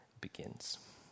begins